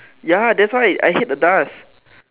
ya that's why I hate the dust